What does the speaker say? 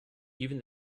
even